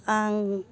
आं